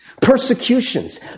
persecutions